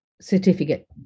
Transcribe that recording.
certificate